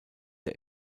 der